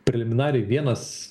preliminariai vienas